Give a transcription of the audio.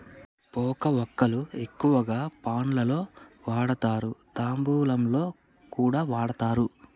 పోక వక్కలు ఎక్కువగా పాన్ లలో వాడుతారు, తాంబూలంలో కూడా వాడుతారు